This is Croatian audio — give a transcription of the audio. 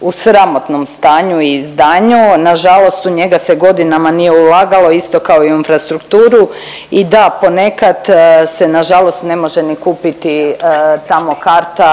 u sramotnom stanju i izdanju. Nažalost u njega se godinama nije ulagalo, isto kao i u infrastrukturu. I da, ponekad se nažalost ne može ni kupiti tamo karta